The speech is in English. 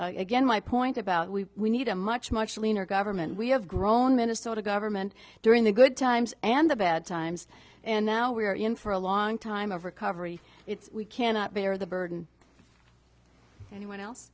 again my point about we we need a much much leaner government we have grown minnesota government during the good times and the bad times and now we're in for a long time of recovery it's we cannot bear the burden any one